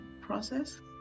process